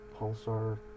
Pulsar